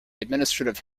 administrative